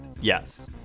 Yes